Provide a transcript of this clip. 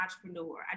entrepreneur